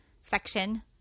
section